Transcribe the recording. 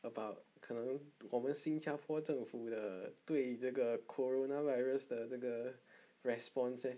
about 可能我们新加坡政府的对这个 coronavirus 的这个 response leh